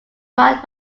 marked